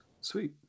Sweet